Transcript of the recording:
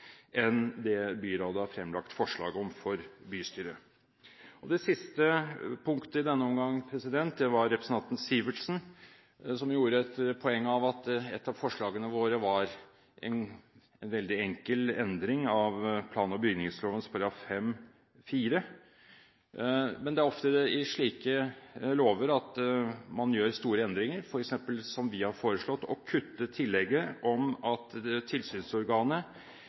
enn det byrådet har fremlagt forslag om for bystyret. Det siste punktet i denne omgang, var representanten Sivertsen, som gjorde et poeng av at et av forslagene våre var en veldig enkel endring av plan- og bygningsloven § 5-4. Det er ofte i slike lover man gjør store endringer – f.eks. som vi har foreslått: å kutte tillegget om at tilsynsorganet nærmest gir seg selv myndigheten. For i tillegg til at det